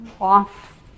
off